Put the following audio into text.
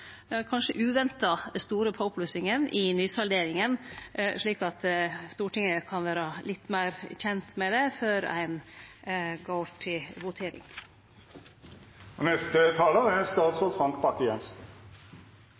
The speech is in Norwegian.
kanskje uventa, store påplussinga i nysalderinga, slik at Stortinget kan vere litt meir kjent med det før ein går til votering. Det er et ønske jeg er